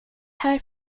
här